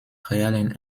realen